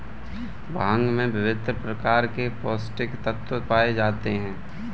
भांग में विभिन्न प्रकार के पौस्टिक तत्त्व पाए जाते हैं